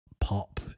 pop